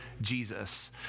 Jesus